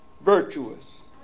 virtuous